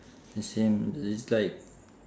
the same it's like